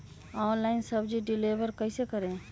Online सब्जी deliver कैसे करें?